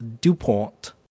DuPont